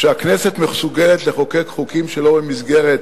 שהכנסת מסוגלת לחוקק חוקים שלא במסגרת